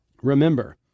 Remember